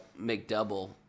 McDouble